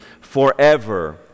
forever